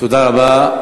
תודה רבה.